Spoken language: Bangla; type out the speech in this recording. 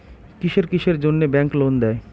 কিসের কিসের জন্যে ব্যাংক লোন দেয়?